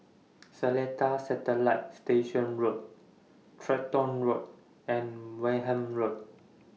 Seletar Satellite Station Road Tractor Road and Wareham Road